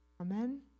Amen